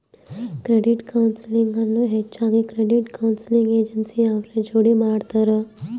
credit counselling ಅನ್ನು ಹೆಚ್ಚಾಗಿ credit counselling agency ಅವ್ರ ಜೋಡಿ ಮಾಡ್ತರ